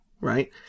right